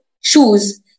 shoes